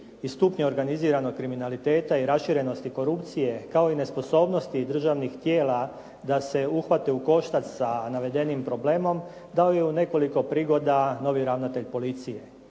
i stupnja organiziranog kriminaliteta i raširenosti korupcije kao i nesposobnosti državnih tijela da se uhvate u koštac sa navedenim problemom dao je u nekoliko prigoda novi ravnatelj policije.